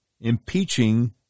impeaching